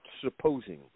supposing